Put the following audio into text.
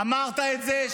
אמרת את זה,